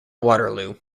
waterloo